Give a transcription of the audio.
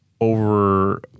over